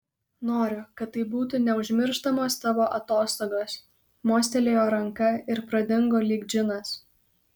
noriu kad tai būtų neužmirštamos tavo atostogos mostelėjo ranka ir pradingo lyg džinas